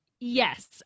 Yes